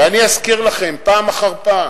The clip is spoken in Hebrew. ואני אזכיר לכם פעם אחר פעם